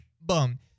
boom